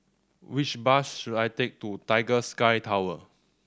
which bus should I take to Tiger Sky Tower